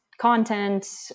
content